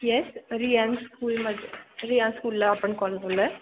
yes Ryan स्कूलमध्ये Ryan स्कूलला आपण कॉल केला आहे